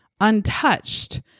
untouched